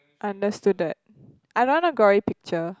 understood-ed I don't want a gory picture